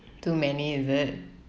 too many is it